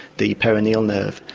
the peroneal nerve,